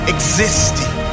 Existing